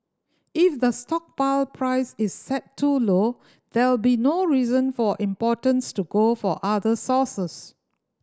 if the stockpile price is set too low there'll be no reason for importers to go for other sources